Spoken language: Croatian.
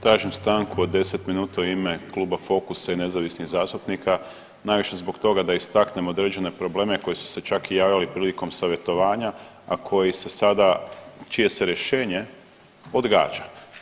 Tražim stranku od 10 minuta u ime Kluba Fokusa i nezavisnih zastupnika, najviše zbog toga da istaknemo određene probleme koji su se čak i javljali prilikom savjetovanja, a koji se sada, čije se rješenje odgađa.